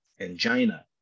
angina